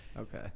Okay